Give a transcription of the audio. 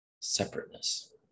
separateness